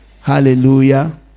hallelujah